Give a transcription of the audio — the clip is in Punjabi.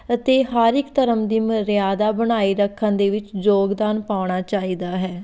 ਅਤੇ ਹਰ ਇੱਕ ਧਰਮ ਦੀ ਮਰਿਆਦਾ ਬਣਾਈ ਰੱਖਣ ਦੇ ਵਿੱਚ ਯੋਗਦਾਨ ਪਾਉਣਾ ਚਾਹੀਦਾ ਹੈ